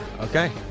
okay